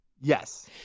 Yes